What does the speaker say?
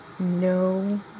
No